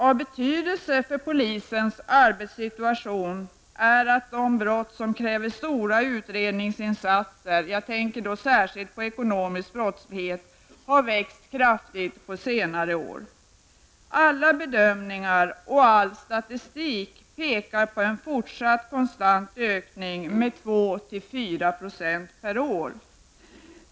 Av betydelse för polisens arbetssituation är att de brott som kräver stora utredningsinsatser -- jag tänker då särskilt på ekonomisk brottslighet -- har växt kraftigt i omfattning under senare år. Alla bedömningar och all statistik pekar på en fortsatt konstant ökning med mellan 2 och 4 % per år.